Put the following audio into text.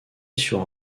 sur